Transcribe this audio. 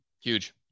Huge